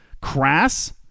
crass